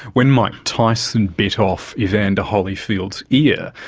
when mike tyson bit off evander holyfield's ear,